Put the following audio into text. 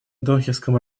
дохинском